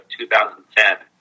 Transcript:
2010